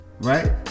right